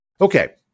Okay